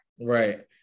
right